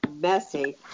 messy